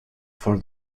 for